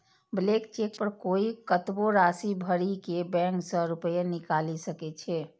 blank cheque पर कोइ कतबो राशि भरि के बैंक सं रुपैया निकालि सकै छै